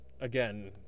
again